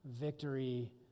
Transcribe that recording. victory